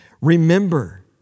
Remember